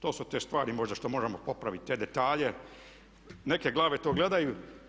To su te stvari možda što moramo popraviti te detalje, neke glave to gledaju.